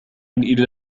إلى